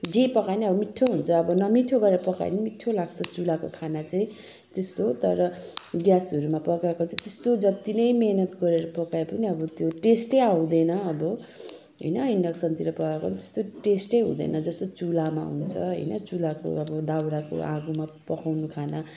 जे पकाए नि अब मिठो हुन्छ अब नमिठो गरेर पकाए मिठो लाग्छ चुल्हाको खाना चाहिँ त्यस्तो तर ग्यासहरूमा पकाएको चाहिँ त्यस्तो जति नै मेहनत गरेर पकाए पनि अब त्यो टेस्ट आउँदैन अब होइन इन्डक्सनतिर पकाएको त्यस्तो टेस्ट हुँदैन जस्तो चुल्हामा हुँदछ होइन चुल्हाको अब दाउराको आगोमा पकाउनु खाना